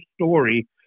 story